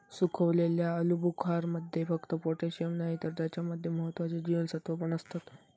सुखवलेल्या आलुबुखारमध्ये फक्त पोटॅशिअम नाही तर त्याच्या मध्ये महत्त्वाची जीवनसत्त्वा पण असतत